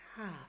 half